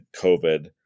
covid